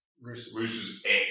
Roosters